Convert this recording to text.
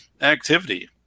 activity